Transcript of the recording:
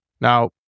Now